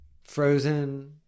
frozen